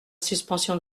suspension